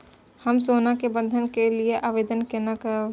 हम सोना के बंधन के लियै आवेदन केना करब?